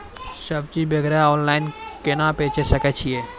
सब्जी वगैरह ऑनलाइन केना बेचे सकय छियै?